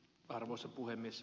arvoisa puhemies